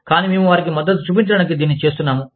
కానీ మేము వారికి మద్దతు చూపించడానికి దీనిని చేస్తున్నాము